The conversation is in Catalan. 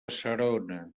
serona